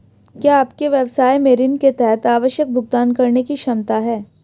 क्या आपके व्यवसाय में ऋण के तहत आवश्यक भुगतान करने की क्षमता है?